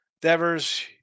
Devers